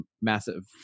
massive